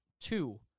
two